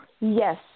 yes